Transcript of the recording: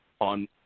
on